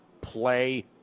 play